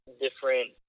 different